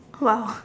!wow!